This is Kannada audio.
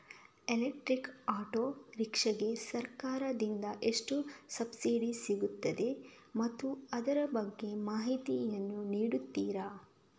ಎಲೆಕ್ಟ್ರಿಕಲ್ ಆಟೋ ರಿಕ್ಷಾ ಗೆ ಸರ್ಕಾರ ದಿಂದ ಎಷ್ಟು ಸಬ್ಸಿಡಿ ಸಿಗುತ್ತದೆ ಮತ್ತು ಅದರ ಬಗ್ಗೆ ಮಾಹಿತಿ ಯನ್ನು ನೀಡುತೀರಾ?